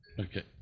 Okay